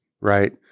right